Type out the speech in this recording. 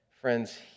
friends